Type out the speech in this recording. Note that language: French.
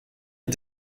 est